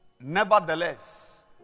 Nevertheless